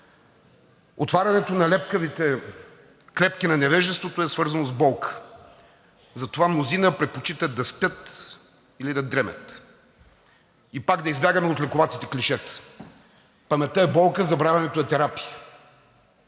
Отварянето на лепкавите клепки на невежеството е свързано с болка. Затова мнозина предпочитат да спят или да дремят и пак да избягаме от лековатите клишета. Паметта е болка – забравянето е терапия;